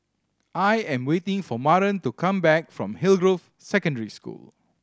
I am waiting for Maren to come back from Hillgrove Secondary School